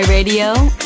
Radio